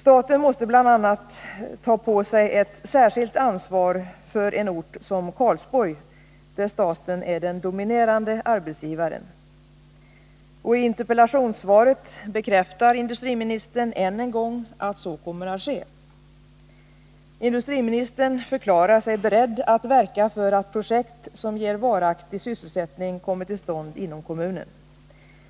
Staten måste bl.a. ta på sig ett särskilt ansvar för en ort som Karlsborg, där man är den dominerande arbetsgivaren. I interpellationssvaret bekräftar industriministern än en gång att så kommer att ske. Industriministern förklarar sig beredd att verka för att projekt som ger varaktig sysselsättning kommer till stånd inom kommunen.